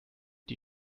die